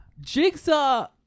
Jigsaw